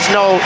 no